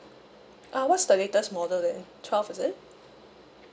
uh what's the latest model then twelve is it